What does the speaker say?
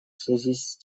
связи